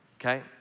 Okay